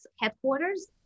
headquarters